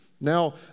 Now